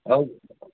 हजुर